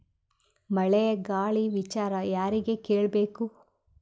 ಮಳೆ ಗಾಳಿ ವಿಚಾರ ಯಾರಿಗೆ ಕೇಳ್ ಬೇಕು?